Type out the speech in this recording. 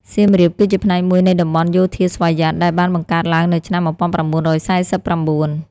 សៀមរាបគឺជាផ្នែកមួយនៃតំបន់យោធាស្វយ័ត ដែលបានបង្កើតឡើងនៅឆ្នាំ១៩៤៩។